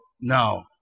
Now